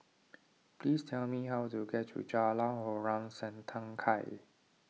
please tell me how to get to Jalan Harom Setangkai